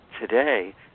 today